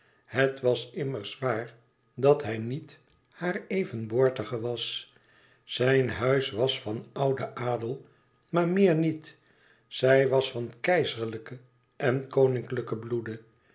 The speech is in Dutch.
het was immers waar dat hij niet haar evenboortige was zijn huis was van ouden adel maar meer niet zij was van keizerlijken en koninklijken bloede